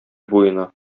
буена